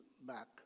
back